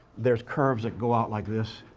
there's curves that go out like this.